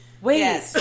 Wait